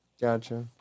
Gotcha